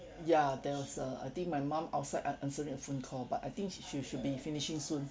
ya there was a I think my mum outside an~ answering a phone call but I think she she should be finishing soon